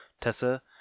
Tessa